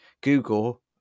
Google